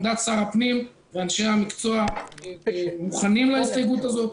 שעמדת שר הפנים ואנשי המקצוע היא שהם מוכנים להסתייגות הזאת.